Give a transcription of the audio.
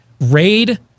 raid